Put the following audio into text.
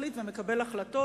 ומחליט ומקבל החלטות,